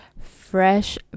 fresh